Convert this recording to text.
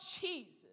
Jesus